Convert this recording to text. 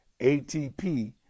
atp